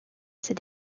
ses